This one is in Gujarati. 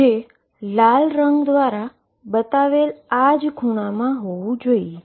જે લાલ રંગ દ્વારા બતાવેલ આ એંન્ગલમાં જ હોવી જોઈએ